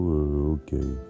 okay